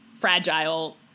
fragile